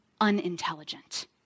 unintelligent